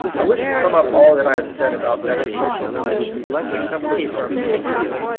i wish to sum up all that i have said about better social conditions into the sim plest terms of religion.